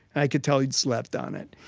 i could tell he slept on it.